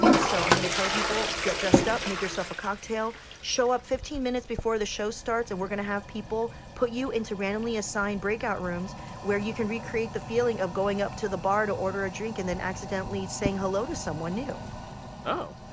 so i'm going to tell people, get dressed up make yourself a cocktail show up fifteen minutes before the show starts and we're going to have people put you into randomly assigned breakout rooms where you can recreate the feeling of going up to the bar to order a drink and then accidentally saying hello to someone new oh.